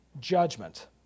judgment